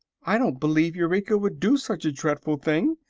i don't b'lieve eureka would do such a dreadful thing!